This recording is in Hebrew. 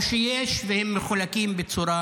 או שיש, והם מחולקים בצורה